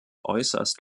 äußerst